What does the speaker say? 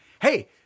Hey